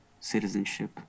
citizenship